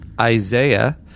Isaiah